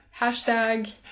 hashtag